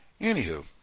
Anywho